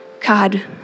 God